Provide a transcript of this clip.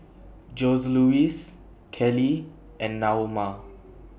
Joseluis Kelly and Naoma